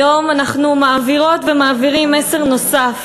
היום אנחנו מעבירות ומעבירים מסר נוסף,